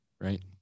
right